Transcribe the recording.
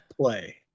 play